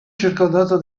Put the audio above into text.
circondato